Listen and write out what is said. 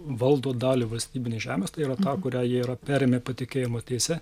valdo dalį valstybinės žemės tai yra tą kurią jie yra perėmę patikėjimo teise